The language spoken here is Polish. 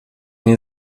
nie